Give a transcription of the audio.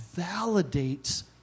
validates